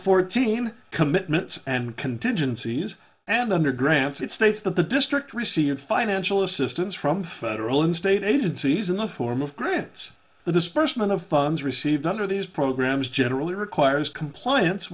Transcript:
fourteen commitments and contingencies and under grants it states that the district received financial assistance from federal and state agencies in the form of grants the disbursement of funds received under these programs generally requires compliance